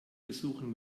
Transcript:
besuchen